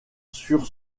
sur